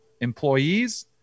employees